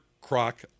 crock